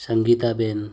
Sangitaben